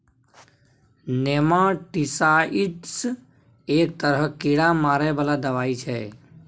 nematicides एक तरहक कीड़ा मारै बला दबाई छै